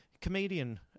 Comedian